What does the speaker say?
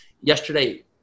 yesterday